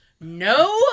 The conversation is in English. No